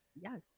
Yes